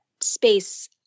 space